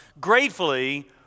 gratefully